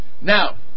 Now